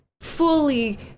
fully